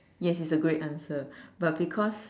yes it's a great answer but because